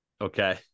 okay